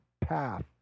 path